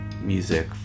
music